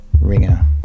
Ringer